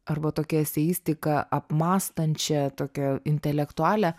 arba tokią eseistiką apmąstančią tokią intelektualią